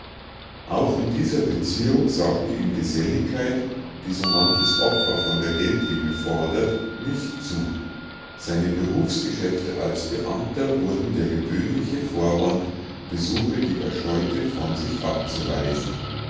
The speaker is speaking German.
auch in dieser beziehung sagte ihm geselligkeit die so manches opfer von der geldliebe fordert nicht zu seine berufsgeschäfte als beamter wurden der gewöhnliche vorwand besuche die er scheute von sich abzuweisen